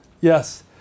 yes